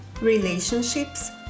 relationships